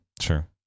Sure